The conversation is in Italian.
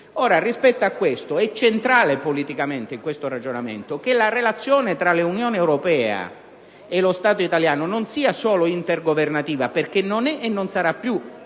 Rispetto a ciò, è politicamente centrale in questo ragionamento che la relazione tra l'Unione europea e lo Stato italiano non sia intergovernativa, perché non è e non sarà più